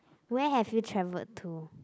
where have you travelled to